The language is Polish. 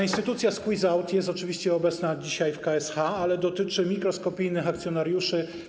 Instytucja squeeze out jest oczywiście obecna dzisiaj w K.s.h., ale dotyczy mikroskopijnych akcjonariuszy.